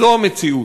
זו המציאות.